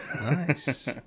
Nice